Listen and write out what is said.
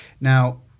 now